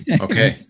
Okay